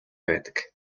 байдаг